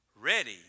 ready